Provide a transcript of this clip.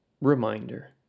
Reminder